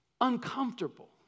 uncomfortable